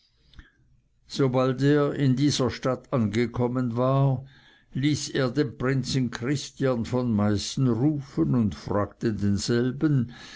sobald er in dieser stadt angekommen war ließ er den prinzen christiern von meißen rufen und fragte denselben